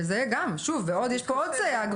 ויש פה עוד סייג,